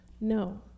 No